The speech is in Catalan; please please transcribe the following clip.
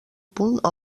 punt